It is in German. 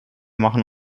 machen